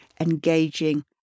engaging